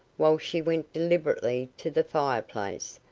while she went deliberately to the fire-place,